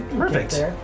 Perfect